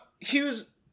Hughes